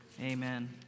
amen